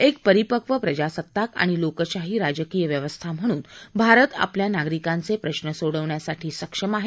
एक परिपक्व प्रजासत्ताक आणि लोकशाही राजकीय व्यवस्था म्हणून भारत आपल्या नागरिकांचे प्रश्न सोडवण्यासाठी सक्षम आहे